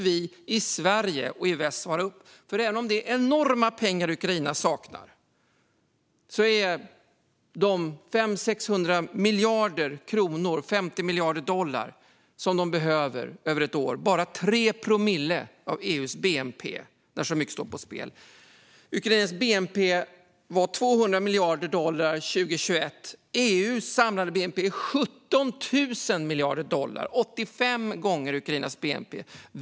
Vi i Sverige och i väst måste svara upp. Det är enorma pengar Ukraina saknar, men ändå är de 500-600 miljarder kronor - 50 miljarder dollar - som de behöver över ett år bara 3 promille av EU:s bnp. Och det är ju mycket som står på spel! Ukrainas bnp år 2021 var 200 miljarder dollar och EU:s samlade bnp 17 000 miljarder dollar - 85 gånger Ukrainas bnp!